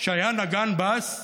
שהיה נגן בס,